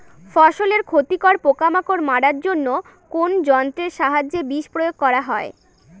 ফসলের ক্ষতিকর পোকামাকড় মারার জন্য কোন যন্ত্রের সাহায্যে বিষ প্রয়োগ করা হয়?